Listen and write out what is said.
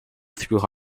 through